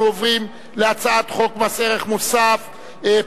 אנחנו עוברים להצעת חוק מס ערך מוסף (תיקון,